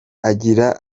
agira